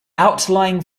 outlying